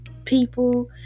People